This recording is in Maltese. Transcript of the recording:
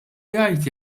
jgħid